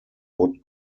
wood